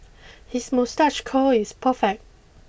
his moustache curl is perfect